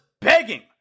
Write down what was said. begging